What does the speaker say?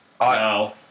No